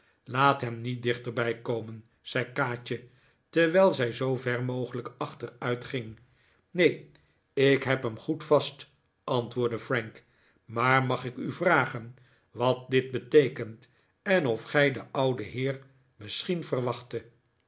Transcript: laat hem niet dichterbij komen zei kaatje terwijl zij zoo ver mogelijk achteruitging neen ik heb hem goed vast antwoordde frank maar mag ik u vragen wat dit beteekent en of gij den ouden heer misschien verwachttet